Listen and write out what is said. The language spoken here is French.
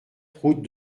route